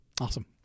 awesome